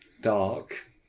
dark